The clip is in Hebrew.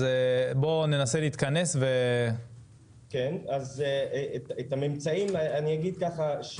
אז בוא ננסה להתכנס ו- -- אז אני אגיד ככה,